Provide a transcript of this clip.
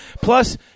Plus